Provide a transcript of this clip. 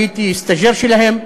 הייתי סטאז'ר שלהם,